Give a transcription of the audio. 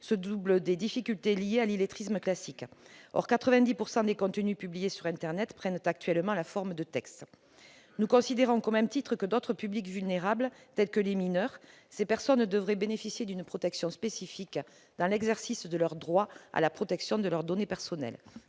se doublent de difficultés liées à l'illettrisme classique. Or 90 % des contenus publiés sur internet prennent actuellement la forme de textes. Nous considérons qu'au même titre que d'autres publics vulnérables, tels que les mineurs, ces personnes devraient bénéficier d'une protection spécifique dans l'exercice de leur droit à la protection de leurs données personnelles.